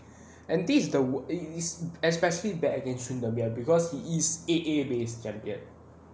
and this is the wor~ it is especially bad against the stream because it is A_A based champion